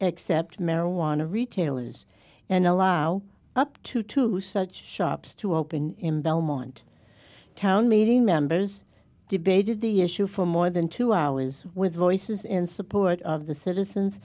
except marijuana retailers and allow up to two such shops to open in belmont town meeting members debated the issue for more than two hours with voices in support of the citizens